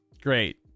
great